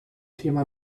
thema